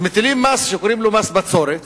אז מטילים מס שקוראים לו מס בצורת,